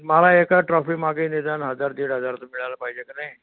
मला एका ट्रॉफीमागे निदान हजार दीड हजार तर मिळायला पाहिजे का नाही